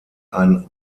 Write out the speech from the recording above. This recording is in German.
ein